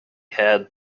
had